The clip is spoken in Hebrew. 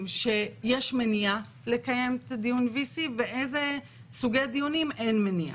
שיש מניעה לקיים דיון VC ואיזה סוגי דיונים אין מניעה.